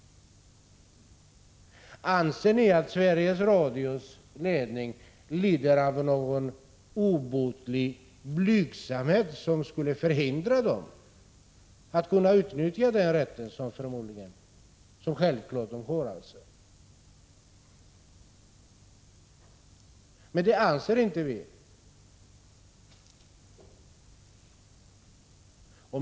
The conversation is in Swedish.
Anser ni att Sveriges Radios ledning lider av någon obotlig blygsamhet, som skulle förhindra den från att utnyttja den rätt som ledningen självfallet har? Det anser inte vi.